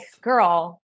girl